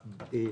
זה,